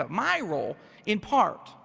um my role in part